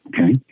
Okay